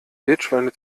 wildschweine